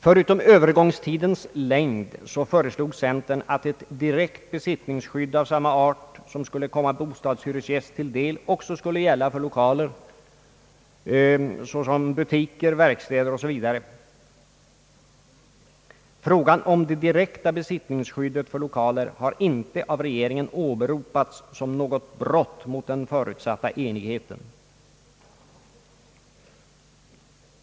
Förutom övergångstidens längd föreslog centern att ett direkt besittningsskydd som skulle komma bostadshyresgäst till del också skulle gälla för lokaler såsom butiker, verkstäder osv. Frågan om det direkta besittningsskyddet för lokaler har inte av regeringen åberopats som något brott mot den förutsatta enigheten.